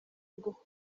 rwo